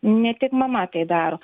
ne tik mama tai daro